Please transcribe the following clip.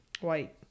white